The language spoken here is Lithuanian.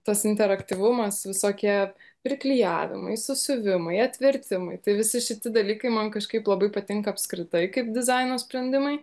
tas interaktyvumas visokie priklijavimai susiuvimai atvertimai tai visi šitie dalykai man kažkaip labai patinka apskritai kaip dizaino sprendimai